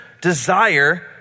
desire